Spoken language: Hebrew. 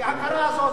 שההכרה הזאת,